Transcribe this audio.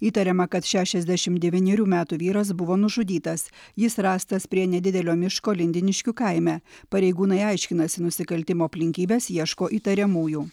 įtariama kad šešiasdešimt devynerių metų vyras buvo nužudytas jis rastas prie nedidelio miško lindiniškių kaime pareigūnai aiškinasi nusikaltimo aplinkybes ieško įtariamųjų